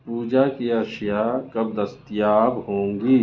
پوجا کی اشیاء کب دستیاب ہوں گی